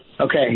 Okay